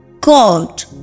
God